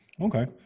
okay